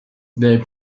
they